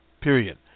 period